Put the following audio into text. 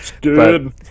good